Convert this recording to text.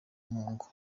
mungu